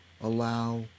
allow